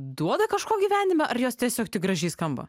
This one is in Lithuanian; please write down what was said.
duoda kažko gyvenime ar jos tiesiog gražiai skamba